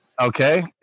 okay